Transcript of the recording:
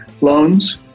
loans